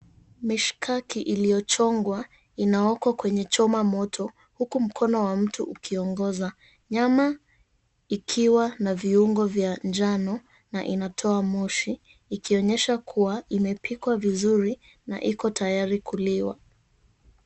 Mishikaki iliyochongwa inaokwa kwenye chuma moto, huku mkono wa mtu ukiongoza. Nyama ikiwa na viungo vya njano na inatoa moshi, ikionyesha kuwa imepikwa vizuri na iko tayari kuliwa.